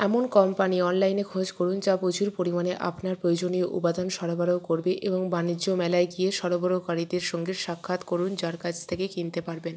এমন কম্পানি অনলাইনে খোঁজ করুন যা প্রচুর পরিমাণে আপনার প্রয়োজনীয় উপাদান সরবরাহ করবে এবং বাণিজ্য মেলায় গিয়ে সরবরাহকারীদের সঙ্গে সাক্ষাৎ করুন যার কাছ থেকে কিনতে পারবেন